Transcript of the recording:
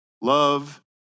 Love